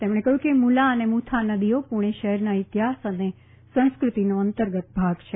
તેમણે કહ્યું કે મુલા અને મુથા નદીઓ પૂણે શહેરના ઇતિહાસ અને સંસ્ક્રતિની અંતર્ગત ભાગ છે